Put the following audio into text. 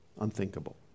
unthinkable